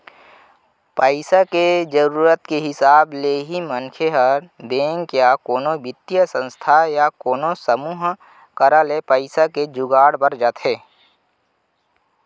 पइसा के जरुरत के हिसाब ले ही मनसे ह बेंक या कोनो बित्तीय संस्था या कोनो समूह करा ले पइसा के जुगाड़ बर जाथे